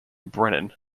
brennan